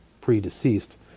pre-deceased